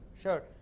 Sure